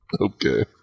Okay